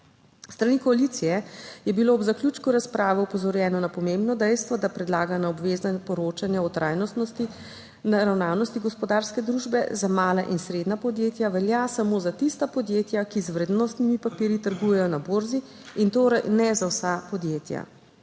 strani koalicije je bilo ob zaključku razprave opozorjeno na pomembno dejstvo, da predlagano obvezno poročanje o trajnostnostni naravnanosti gospodarske družbe za mala in srednja podjetja velja samo za tista podjetja, ki z vrednostnimi papirji trgujejo na borzi, in torej ne za vsa podjetja.